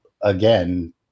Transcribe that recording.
again